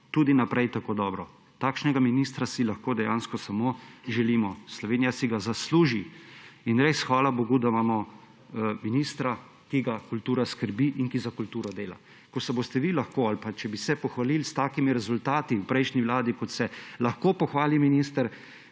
tudi naprej tako dobro. Takšnega ministra si lahko dejansko samo želimo. Slovenija si ga zasluži in res hvala bogu, da imamo ministra, ki ga kultura skrbi in ki za kulturo dela. Ko se boste vi lahko ali pa če bi se pohvalili v takimi rezultati v prejšnji vladi, kot se lahko pohvali minister,